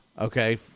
Okay